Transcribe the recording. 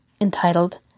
entitled